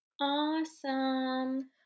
Awesome